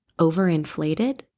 overinflated